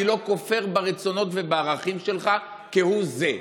אני לא כופר ברצונות ובערכים שלך כהוא זה.